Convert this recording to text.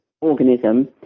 organism